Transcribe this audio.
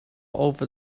over